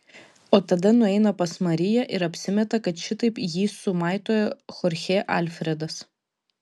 o tada nueina pas mariją ir apsimeta kad šitaip jį sumaitojo chorchė alfredas